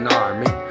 army